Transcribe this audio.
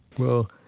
well,